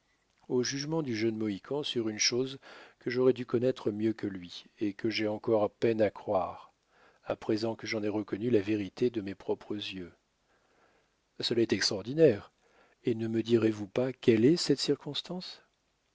au jugement du jeune mohican sur une chose que j'aurais dû connaître mieux que lui et que j'ai encore peine à croire à présent que j'en ai reconnu la vérité de mes propres yeux cela est extraordinaire et ne me direz-vous pas quelle est cette circonstance